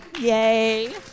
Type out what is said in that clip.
Yay